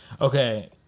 Okay